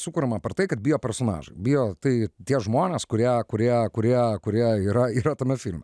sukuriama per tai kad bijo personažai bijo tai tie žmonės kurie kurie kurie kurie yra yra tame filme